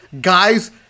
Guys